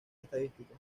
estadística